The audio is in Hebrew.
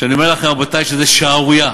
ואני אומר לכם, רבותי, שזו שערורייה.